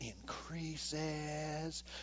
increases